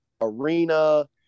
Arena